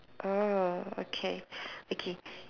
oh okay okay